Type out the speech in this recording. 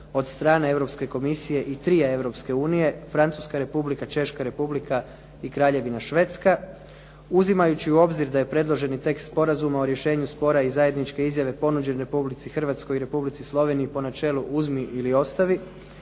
od strane Europske komisije i trija Europske unije, Francuska Republika, Češka Republika i Kraljevina Švedska, uzimajući u obzir da je predloženi tekst Sporazuma o rješenju spora i zajedničke izjave ponuđen Republici Hrvatskoj i Republici Sloveniji po načelu uzmi ili ostavi.